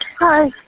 Hi